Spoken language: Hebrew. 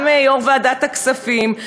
גם יושב-ראש ועדת הכספים,